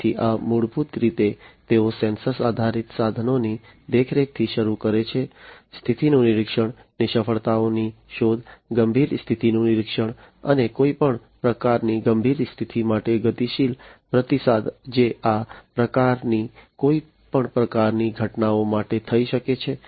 તેથી આ મૂળભૂત રીતે તેઓ સેન્સર આધારિત સાધનોની દેખરેખથી શરૂ કરે છે સ્થિતિનું નિરીક્ષણ નિષ્ફળતાઓની શોધ ગંભીર સ્થિતિનું નિરીક્ષણ અને કોઈપણ પ્રકારની ગંભીર સ્થિતિ માટે ગતિશીલ પ્રતિસાદ જે આ પ્રકારની કોઈપણ પ્રકારની ઘટનાઓ માટે થઈ શકે છે